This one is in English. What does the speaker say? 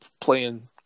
playing